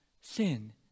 sin